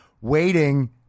waiting